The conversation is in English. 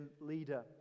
leader